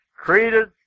created